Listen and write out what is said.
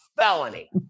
felony